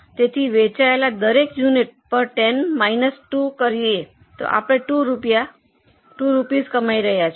તેથી વેચાયેલા દરેક યુનિટ પર 10 માઇનસ 2 કરીયે તો આપણે 2 રૂપિયા કમાઇ રહ્યા છીએ